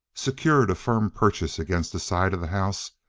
secured a firm purchase against the side of the house,